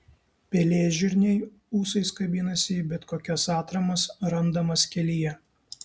pelėžirniai ūsais kabinasi į bet kokias atramas randamas kelyje